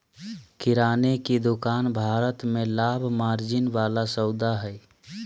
किराने की दुकान भारत में लाभ मार्जिन वाला सौदा हइ